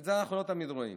ואת זה אנחנו לא תמיד רואים